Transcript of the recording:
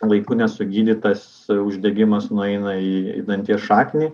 laiku nesugydytas uždegimas nueina į danties šaknį